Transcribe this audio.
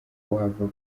kuhava